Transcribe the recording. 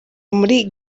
muri